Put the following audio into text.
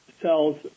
cells